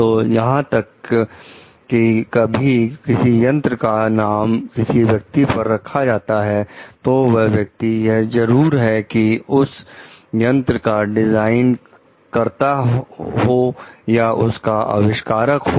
तो यहां तक कि कभी किसी यंत्र का नाम किसी व्यक्ति पर रखा जाता है तो वह व्यक्ति यह जरूर है कि उस यंत्र का डिजाइन करता हो या उसका आविष्कारक हो